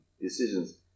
decisions